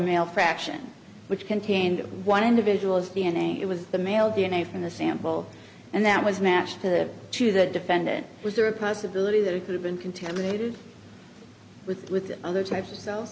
male fraction which contained one individual's d n a it was the male d n a from the sample and that was matched to the to the defendant was there a possibility that it could have been contaminated with with other types of